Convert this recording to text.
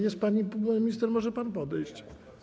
Jest pani minister, może pan podejść.